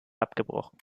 abgebrochen